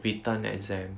written exam